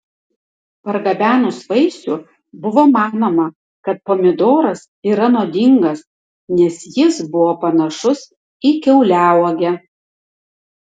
pargabenus vaisių buvo manoma kad pomidoras yra nuodingas nes jis buvo panašus į kiauliauogę